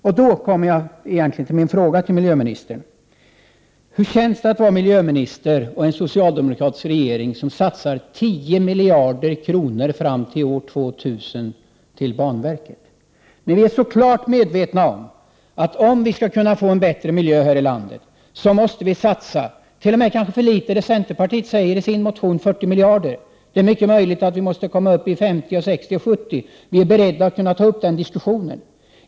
Min egentliga fråga till miljömi nistern blir: Om minskat utsläpp av Hur känns det att vara miljöminister i en socialdemokratisk regering som kväveoxider fr rån vägsatsar 10 miljarder kronor fram till år 2000 på banverket? Vi är ju fullt trafiken medvetna om att vi, för att få en bättre miljö här i landet, måste satsa pengar. Vad centerpartiet föreslår i sin motion är kanske t.o.m. för litet — 40 miljarder. Det är mycket möjligt att vi måste satsa 50, 60 eller 70 miljarder. Vi är i alla fall beredda att ta upp den frågan till diskussion.